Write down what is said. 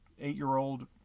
eight-year-old